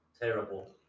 terrible